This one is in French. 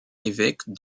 évêque